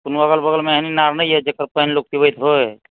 कोनो अगल बगलमे एहन ईनार नहि यऽ जकर पानि लोक पीबैत होय